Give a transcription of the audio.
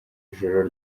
ijoro